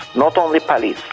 not only police.